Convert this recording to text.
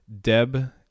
Deb